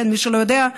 למי שלא יודע,